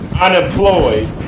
unemployed